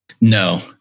No